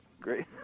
great